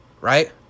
right